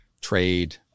trade